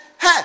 hey